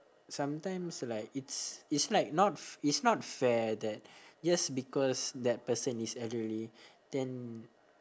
sometimes like it's it's like not f~ it's not fair that just because that person is elderly then